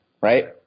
Right